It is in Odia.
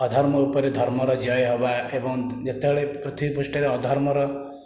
ଅଧର୍ମ ଉପରେ ଧର୍ମର ଜୟ ହେବା ଏବଂ ଯେତେବେଳେ ପୃଥିବୀ ପୃଷ୍ଠରେ ଅଧର୍ମର